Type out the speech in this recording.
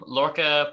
Lorca